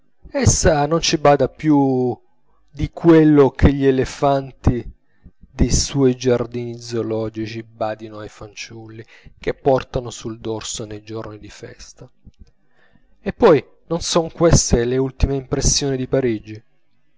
essa non ci bada più di quello che gli elefanti dei suoi giardini zoologici badino ai fanciulli che portano sul dorso nei giorni di festa e poi non son queste le ultime impressioni di parigi